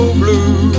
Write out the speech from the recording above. blue